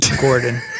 Gordon